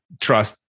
Trust